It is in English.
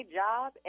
job